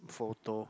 photo